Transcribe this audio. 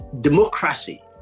democracy